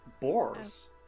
boars